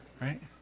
Right